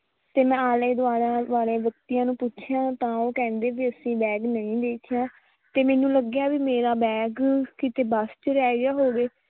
ਅਤੇ ਮੈਂ ਆਲੇ ਦੁਆਲੇ ਵਾਲੇ ਵਿਅਕਤੀਆਂ ਨੂੰ ਪੁੱਛਿਆ ਤਾਂ ਉਹ ਕਹਿੰਦੇ ਵੀ ਅਸੀਂ ਬੈਗ ਨਹੀਂ ਦੇਖਿਆ ਅਤੇ ਮੈਨੂੰ ਲੱਗਿਆ ਵੀ ਮੇਰਾ ਬੈਗ ਕਿਤੇ ਬੱਸ 'ਚ ਰਹਿ ਗਿਆ ਹੋਵੇ